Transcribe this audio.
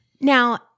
Now